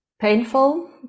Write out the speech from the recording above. Painful